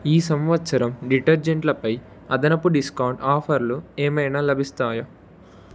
ఈ సంవత్సరం డిటర్జెంట్లపై అదనపు డిస్కౌంట్ ఆఫర్లు ఏమైనా లభిస్తాయా